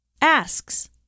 asks